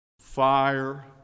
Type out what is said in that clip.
fire